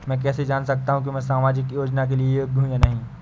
मैं कैसे जान सकता हूँ कि मैं सामाजिक योजना के लिए योग्य हूँ या नहीं?